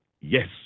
yes